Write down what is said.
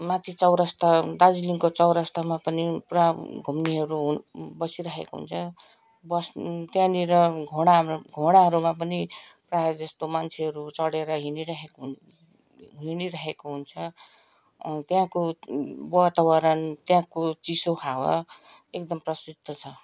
माथि चौरस्ता दार्जिलिङको चौरस्तामा पनि पुरा घुम्नेहरू हुन बसिरहेको हुन्छ बस त्यहाँनिर घोडामा घोडाहरूमा पनि प्रायःजस्तो मान्छेहरू चढेर हिँडिरहेको हिँडिरहेको हुन्छ त्यहाँको वातावरण त्यहाँको चिसो हावा एकदम प्रसिद्ध छ